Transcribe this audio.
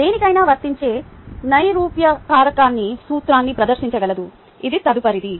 దేనికైనా వర్తించే నైరూప్య కారకాన్ని సూత్రాన్ని ప్రదర్శించగలదు ఇది తదుపరిది